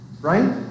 right